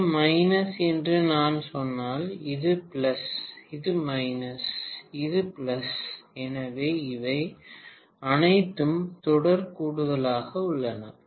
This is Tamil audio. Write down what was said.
இது மைனஸ் என்று நான் சொன்னால் இது பிளஸ் இது மைனஸ் இது பிளஸ் எனவே அவை அனைத்தும் தொடர் கூடுதலாக உள்ளன